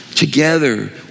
Together